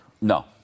No